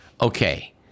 Okay